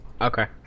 Okay